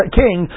king